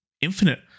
Infinite